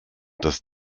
dass